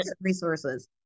resources